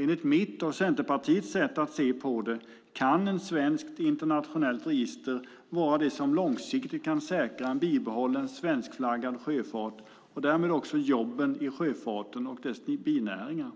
Enligt mitt och Centerpartiets sätt att se på det kan ett svenskt internationellt register vara det som långsiktigt kan säkra en bibehållen svenskflaggad sjöfart och därmed också jobben i sjöfarten och dess binäringar.